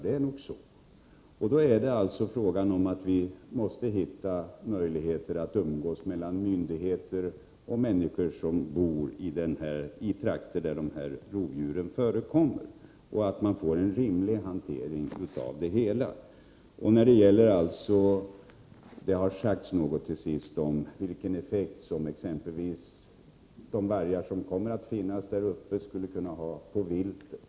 Då är det alltså fråga om att hitta möjligheter att umgås mellan myndigheter och människor som bor i trakter där dessa rovdjur förekommer och få en rimlig hantering av frågan. Det har sagts något om vilken effekt som exempelvis de vargar som kommer att finnas uppe i Värmland skulle ha på viltet.